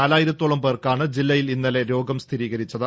നാലായിരത്തോളം പേർക്കാണ് ഇതാദ്യമായി ജില്ലയിൽ ഇന്നലെ രോഗം സ്ഥിരീകരിച്ചത്